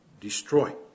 destroy